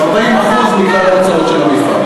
40% מכלל ההוצאות של המפעל.